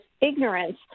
ignorance